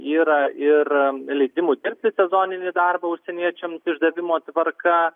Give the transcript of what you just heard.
yra ir leidimų dirbti sezoninį darbą užsieniečiams išdavimo tvarka